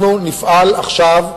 אנחנו נפעל עכשיו,